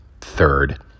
third